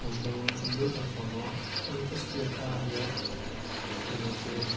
हाम्रो हिन्दू धर्ममा अन्त्येष्टि कार्य हुने चाहिँ